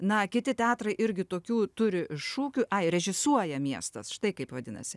na kiti teatrai irgi tokių turi šūkių ai režisuoja miestas štai kaip vadinasi